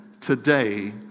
today